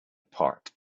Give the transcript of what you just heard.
part